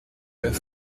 bas